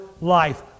life